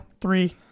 Three